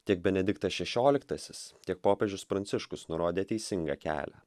tiek benediktas šešioliktasis tiek popiežius pranciškus nurodė teisingą kelią